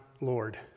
Lord